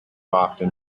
often